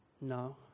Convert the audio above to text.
No